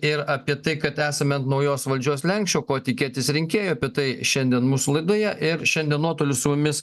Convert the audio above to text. ir apie tai kad esame ant naujos valdžios slenksčio ko tikėtis rinkėjui apie tai šiandien mūsų laidoje ir šiandien nuotoliu su mumis